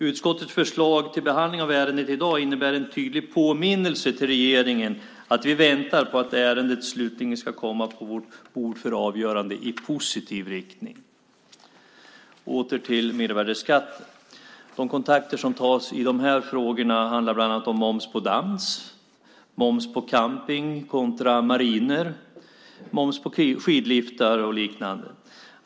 Utskottets förslag till behandling av ärendet i dag innebär en tydlig påminnelse till regeringen om att vi väntar på att ärendet slutligen ska komma på vårt bord för avgörande i positiv riktning. Åter till frågorna om mervärdesskatt. De kontakter som tas i de här frågorna handlar bland annat om moms på dans, moms på camping kontra mariner, moms på skidliftar och liknande.